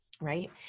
right